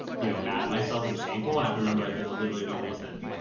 you know, mad at myself and shameful. and i can remember like, there's literally no reason,